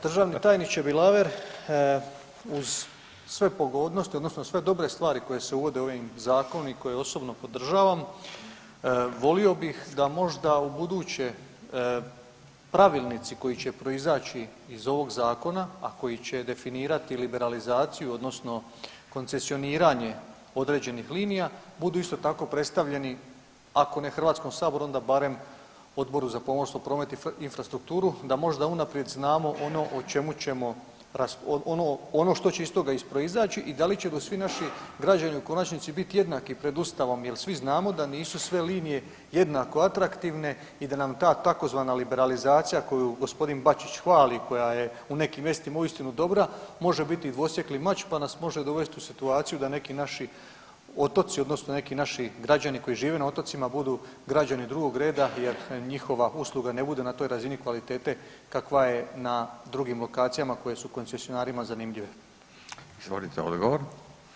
Državni tajniče Bilaver, uz sve pogodnosti odnosno sve dobre stvari koje se uvode ovim zakonom i koje osobno podržavam volio bih da možda ubuduće pravilnici koji će proizaći iz ovog zakona, a koji će definirati i liberalizaciju odnosno koncesioniranje određenih linija budu isto tako predstavljeni ako ne Hrvatskom saboru onda barem Odboru za promet, pomorstvo i infrastrukturu da možda unaprijed znamo ono o čemu ćemo, ono što će iz toga proizaći i da li će svi naši građani u konačnici biti jednaki pred Ustavom jer svi znamo da nisu sve linije jednako atraktivne i da nam ta tzv. liberalizacija koju gospodin Bačić hvali koja je u nekim mjestima uistinu dobra može biti dvosjekli mač pa nas može dovesti u situaciju da neki naši otoci odnosno neki naši građani koji žive na otocima budu građani drugog reda jer njihova usluga ne bude na toj razini kvalitete kakva je na drugim lokacijama koje su koncesionarima zanimljive.